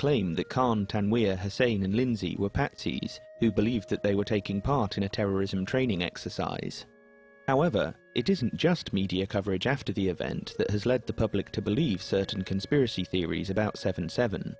claim the content where has saying and lindsey were packed to believe that they were taking part in a terrorism training exercise however it isn't just media coverage after the event that has led the public to believe certain conspiracy theories about seven seven